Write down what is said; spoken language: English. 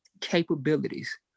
capabilities